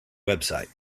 website